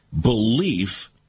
belief